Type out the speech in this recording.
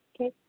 Okay